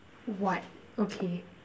what okay